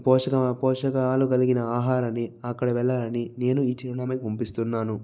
పోషక పోషకాలు కలిగిన ఆహారాన్ని అక్కడ వెళ్ళాలని నేను ఈ చిరునామాకు పంపిస్తున్నాను